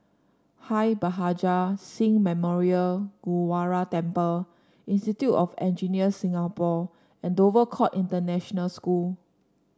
Bhai Maharaj Singh Memorial Gurdwara Temple Institute of Engineers Singapore and Dover Court International School